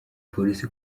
polisi